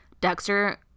Dexter